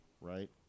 right